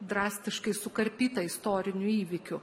drastiškai sukarpyta istorinių įvykių